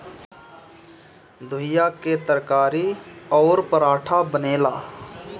घुईया कअ तरकारी अउरी पराठा बनेला